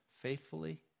faithfully